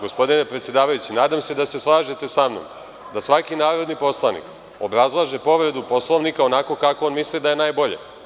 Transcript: Gospodine predsedavajući, nadam se da se slažete samnom da svaki narodni poslanik obrazlaže povredu Poslovnika, onako kako on misli da je najbolje.